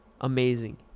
amazing